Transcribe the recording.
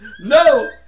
No